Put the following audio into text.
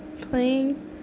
playing